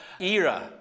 era